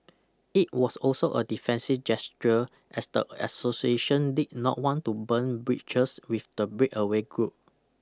it was also a defensive gesture as the association did not want to burn bridges with the breakaway group